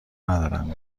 ندارم